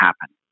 happen